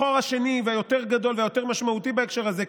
החור השני והיותר-גדול והיותר-משמעותי בהקשר הזה,